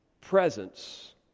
presence